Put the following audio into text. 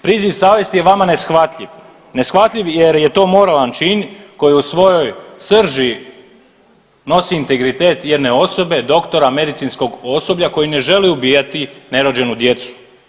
Priziv savjesti je vama neshvatljiv, neshvatljiv jer je to moralan čin koji u svojoj srži nosi integritet jedne osobe doktora medicinskog osoblja koji ne želi ubijati nerođenu djecu.